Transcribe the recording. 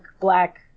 Black